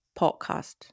podcast